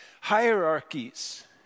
hierarchies